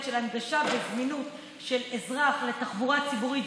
של הנגשה וזמינות לאזרח של תחבורה ציבורית,